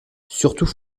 surtout